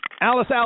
Alice